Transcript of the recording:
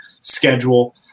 schedule